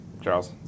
Charles